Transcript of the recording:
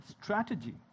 strategy